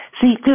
See